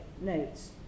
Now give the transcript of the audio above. notes